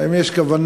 אם יש כוונה,